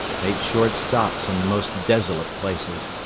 made short stops in the most desolate places,